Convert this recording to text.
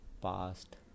past